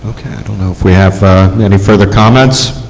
i don't know if we have any further comments.